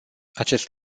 acest